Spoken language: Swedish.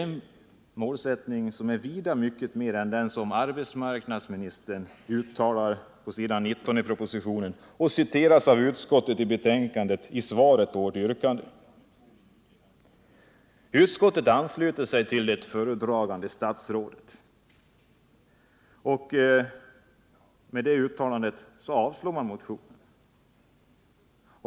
Den målsättningen innefattar vida mer än den som arbetsmarknadsministern uttalar på s. 19 i propositionen och som citeras av utskottet i betänkandet som svar på vårt yrkande. Utskottet ansluter sig till det föredragande statsrådet, och med det uttalandet avslår man vår motion.